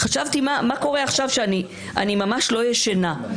חשבתי מה קורה עכשיו שאני ממש לא ישנה.